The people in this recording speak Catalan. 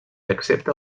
accepta